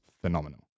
phenomenal